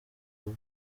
bwo